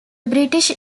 british